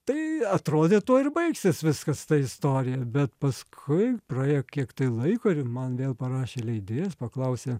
tai atrodė tuo ir baigsis viskas ta istorija bet paskui praėjo kiek tai laiko ir man vėl parašė leidėjas paklausė